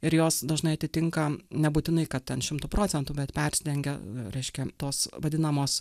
ir jos dažnai atitinka nebūtinai kad ten šimtu procentų bet persidengia reiškia tos vadinamos